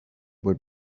would